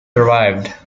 arrived